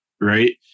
right